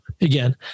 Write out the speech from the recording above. Again